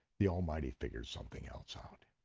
the almighty figures something else out.